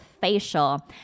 facial